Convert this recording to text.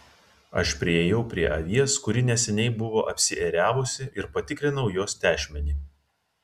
aš priėjau prie avies kuri neseniai buvo apsiėriavusi ir patikrinau jos tešmenį